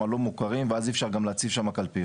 לא מוכרים ואז אי אפשר להציב שמה גם קלפיות.